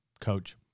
Coach